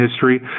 history